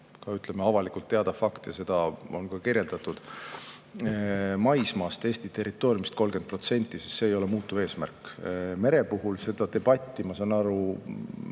See on avalikult teada fakt ja seda on ka kirjeldatud. Maismaast, Eesti territooriumist 30%, see ei ole muutuv eesmärk. Mere puhul seda debatti, ma saan aru,